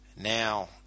Now